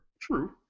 True